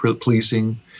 pleasing